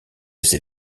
ces